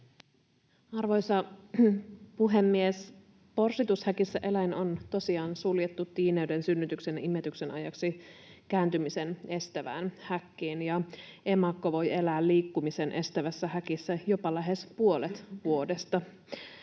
Arvoisa puhemies! Porsitushäkissä eläin on tosiaan suljettu tiineyden, synnytyksen ja imetyksen ajaksi kääntymisen estävään häkkiin, ja emakko voi elää liikkumisen estävässä häkissä jopa lähes puolet vuodesta.